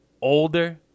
older